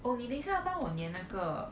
oh 你等下帮我粘那个